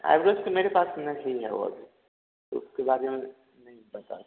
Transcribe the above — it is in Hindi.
ऐवरेज तो मेरे पास नहीं है वह अभी उसके बारे में नहीं बता